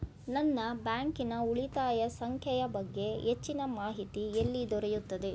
ನನ್ನ ಬ್ಯಾಂಕಿನ ಉಳಿತಾಯ ಸಂಖ್ಯೆಯ ಬಗ್ಗೆ ಹೆಚ್ಚಿನ ಮಾಹಿತಿ ಎಲ್ಲಿ ದೊರೆಯುತ್ತದೆ?